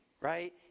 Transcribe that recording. Right